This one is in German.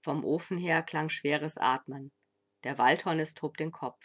vom ofen her klang schweres atmen der waldhornist hob den kopf